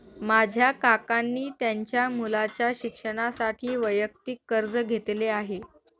माझ्या काकांनी त्यांच्या मुलाच्या शिक्षणासाठी वैयक्तिक कर्ज घेतले आहे